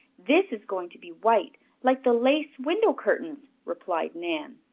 this is going to be white, like the lace window curtains, replied nan.